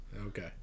Okay